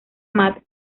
matt